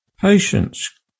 patience